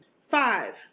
Five